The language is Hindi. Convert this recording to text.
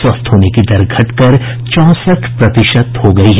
स्वस्थ होने दर घटकर चौंसठ प्रतिशत हो गयी है